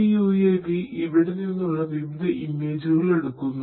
ഈ UAV ഇവിടെ നിന്നുള്ള വിവിധ ഇമേജുകൾ എടുക്കുന്നു